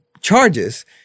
charges